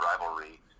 rivalry